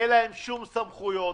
אין להם שום סמכויות,